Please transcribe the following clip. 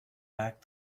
back